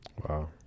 Wow